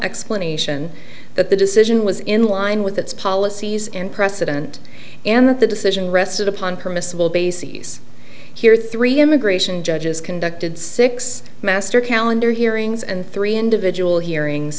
explanation that the decision was in line with its policies and precedent and that the decision rested upon permissible bases here three immigration judges conducted six master calendar hearings and three individual hearings